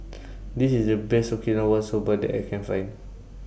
This IS The Best Okinawa Soba that I Can Find